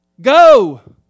Go